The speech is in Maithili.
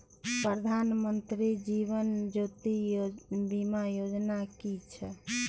प्रधानमंत्री जीवन ज्योति बीमा योजना कि छिए?